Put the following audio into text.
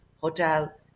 hotel